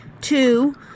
Two